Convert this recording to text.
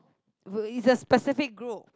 would you just specific group